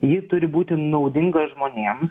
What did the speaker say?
ji turi būti naudinga žmonėm